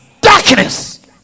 darkness